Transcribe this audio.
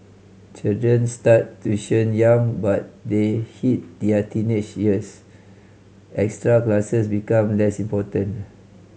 children start tuition young but they hit their teenage years extra classes become less important